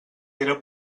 era